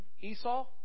Esau